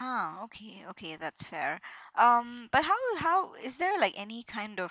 ah okay okay that's fair um but how how is there like any kind of